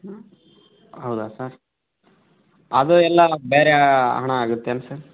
ಹೌದಾ ಸರ್ ಅದು ಎಲ್ಲ ಬೇರೆ ಹಣ ಆಗುತ್ತೇನು ಸರ್